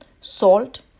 Salt